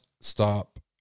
stop